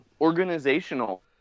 organizational